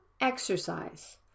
exercise